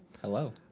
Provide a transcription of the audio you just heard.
Hello